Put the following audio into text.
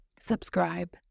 subscribe